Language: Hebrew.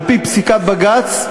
על-פי פסיקת בג"ץ,